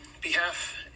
behalf